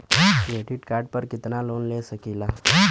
Credit card पर कितनालोन ले सकीला?